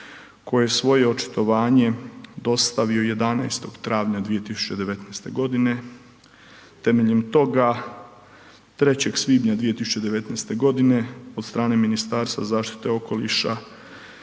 koji je svoje očitovanje dostavio 11. travnja 2019.g., temeljem toga 3. svibnja 2019.g. od strane Ministarstva zaštite okoliša